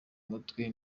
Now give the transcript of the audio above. mutwe